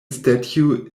statue